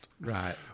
Right